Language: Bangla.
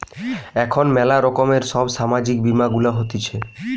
এখন ম্যালা রকমের সব সামাজিক বীমা গুলা হতিছে